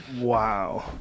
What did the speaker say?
Wow